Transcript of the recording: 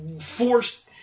forced